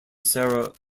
sarah